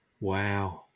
Wow